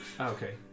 okay